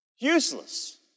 Useless